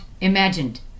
imagined